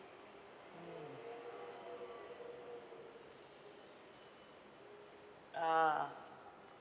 ah